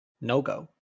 no-go